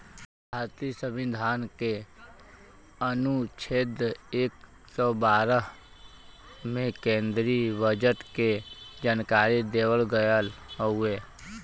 भारतीय संविधान के अनुच्छेद एक सौ बारह में केन्द्रीय बजट के जानकारी देवल गयल हउवे